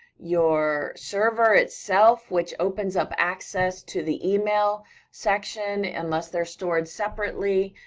your server itself, which opens up access to the email section, unless they're stored separately,